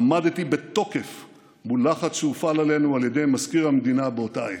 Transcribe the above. עמדתי בתוקף מול לחץ שהופעל עלינו על ידי מזכיר המדינה באותה עת.